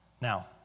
Now